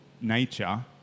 nature